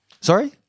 Sorry